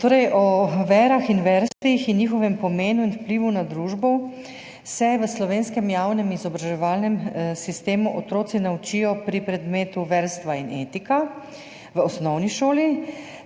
Torej, o verah in verstvih in njihovem pomenu in vplivu na družbo se v slovenskem javnem izobraževalnem sistemu otroci naučijo pri predmetu verstva in etika v osnovni šoli